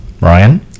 Ryan